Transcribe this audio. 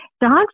Dogs